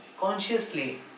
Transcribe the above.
consciously